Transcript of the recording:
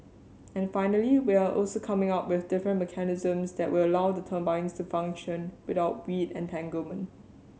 and finally we're also coming up with different mechanisms that will allow the turbines to function without weed entanglement